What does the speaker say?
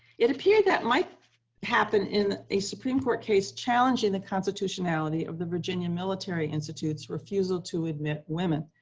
it appeared that might happen in a supreme court case challenging the constitutionality of the virginia military institute's refusal to admit women.